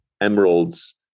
emeralds